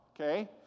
Okay